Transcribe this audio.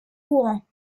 courant